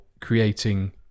creating